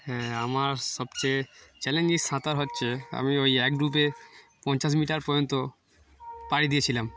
হ্যাঁ আমার সবচেয়ে চ্যালেঞ্জিং সাঁতার হচ্ছে আমি ওই এক গ্রুপে পঞ্চাশ মিটার পর্যন্ত পাড়ি দিয়েছিলাম